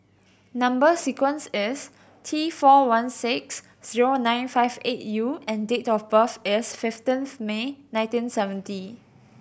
number sequence is T four one six zero nine five eight U and date of birth is fifteenth May nineteen seventy